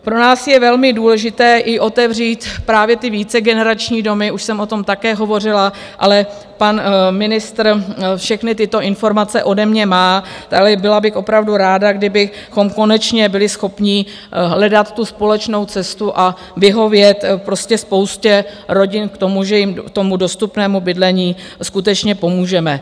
Pro nás je velmi důležité i otevřít právě ty vícegenerační domy, už jsem o tom také hovořila, ale pan ministr všechny tyto informace ode mě má a byla bych opravdu ráda, kdybychom konečně byli schopni hledat tu společnou cestu a vyhovět prostě spoustě rodin v tom, že jim k tomu dostupnému bydlení skutečně pomůžeme.